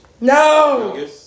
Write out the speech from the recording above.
No